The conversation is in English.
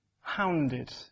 hounded